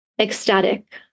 ecstatic